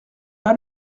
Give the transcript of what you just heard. pas